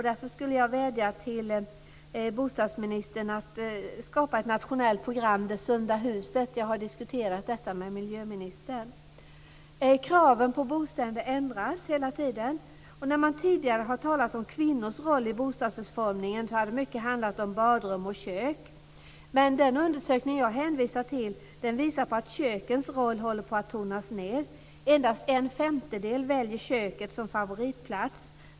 Därför skulle jag vilja vädja till bostadsministern att skapa ett nationellt program, Det sunda huset. Jag har diskuterat detta med miljöministern. Kraven på bostäder ändras hela tiden. När man tidigare har talat om kvinnors roll i bostadsutformningen har det mycket handlat om badrum och kök. Men den undersökning som jag hänvisar till visar på att kökens roll håller på att tonas ned. Endast en femtedel väljer köket som favoritplats.